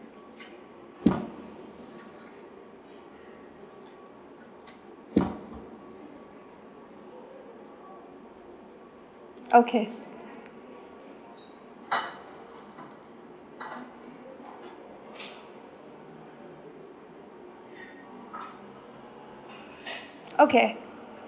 okay okay